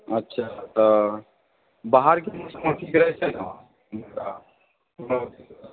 अच्छा तऽ बाहरकेँ एथी छै ने